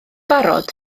barod